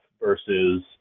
versus